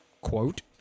Quote